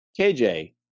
KJ